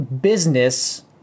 business